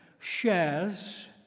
shares